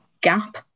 gap